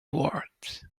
words